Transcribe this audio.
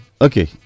Okay